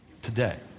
today